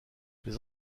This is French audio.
les